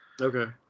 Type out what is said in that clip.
Okay